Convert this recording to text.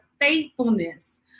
faithfulness